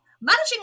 Managing